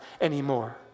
anymore